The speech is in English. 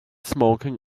smoking